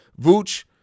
Vooch